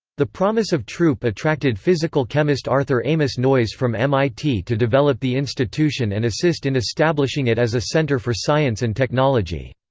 the promise of throop attracted physical chemist arthur amos noyes from mit to develop the institution and assist in establishing it as a center for science and technology.